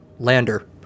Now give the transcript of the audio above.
lander